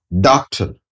doctor